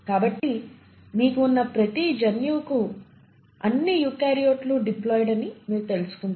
కాబట్టి మీకు ఉన్న ప్రతి జన్యువుకు అన్ని యూకారియోట్లు డిప్లాయిడ్ అని మీరు తెలుసుకుంటారు